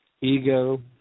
ego